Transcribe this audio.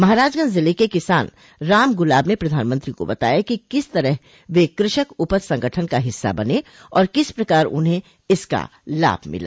महाराजगंज जिले के किसान रामगुलाब ने प्रधानमंत्री को बताया कि किस तरह वे कृषक उपज संगठन का हिस्सा बने और किस प्रकार उन्हें इसका लाभ मिला